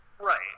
Right